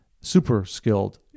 super-skilled